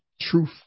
truth